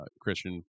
Christian